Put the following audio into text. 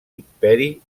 imperi